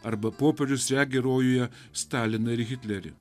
arba popiežius regi rojuje staliną ir hitlerį